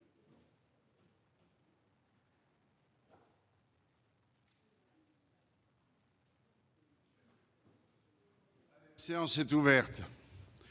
La séance est ouverte..